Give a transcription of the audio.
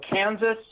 Kansas